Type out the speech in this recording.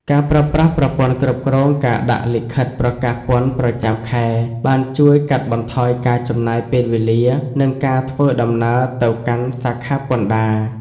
ការប្រើប្រាស់ប្រព័ន្ធគ្រប់គ្រងការដាក់លិខិតប្រកាសពន្ធប្រចាំខែបានជួយកាត់បន្ថយការចំណាយពេលវេលា និងការធ្វើដំណើរទៅកាន់សាខាពន្ធដារ។